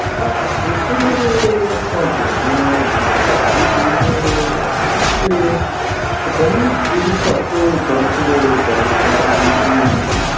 ਹਾਂ ਪੇਪਰ ਤੁਹਾਨੂੰ ਦੇਣੇ ਆ ਐਡਮਿਟ ਕਾਰਡ ਵੀ ਚਾਹੀਦਾ ਮੈਡਮ ਅਤੇ ਅਟੈਂਡੈਂਸ ਜਿਹੜੀ ਘੱਟ ਉਹ ਦਰਅਸਲ ਗੱਲ ਇੱਦਾਂ ਸੀਗੀ ਵੀ